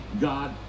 God